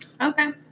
okay